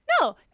No